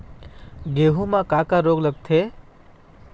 गेहूं म का का रोग लगथे?